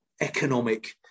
economic